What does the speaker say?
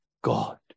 God